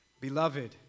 Beloved